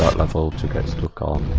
for tickets to come